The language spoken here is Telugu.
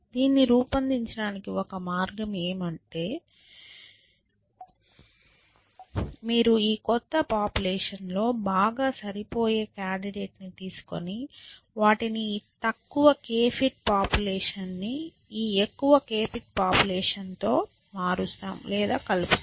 దీన్ని రూపొందించడానికి ఒక మార్గం ఏమిటంటే మీరు ఈ క్రొత్త పాపులేషన్లో బాగా సరిపోయే కాండిడేట్ ని తీసుకొని వాటిని ఈ తక్కువ k ఫిట్ పాపులేషన్ ని ఈ ఎక్కువ k ఫిట్ పాపులేషన్ తో మారుస్తాం లేదా కలుపుతాం